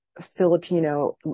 Filipino